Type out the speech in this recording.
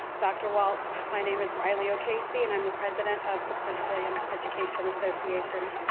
dr. walts. my name is riley o'casey, and i'm the president of the prince william education association.